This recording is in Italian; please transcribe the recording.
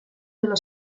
della